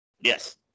Yes